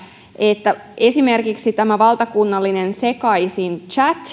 että esimerkiksi valtakunnallinen sekasin chat